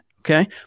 Okay